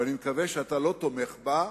ואני מקווה שאתה לא תומך בה,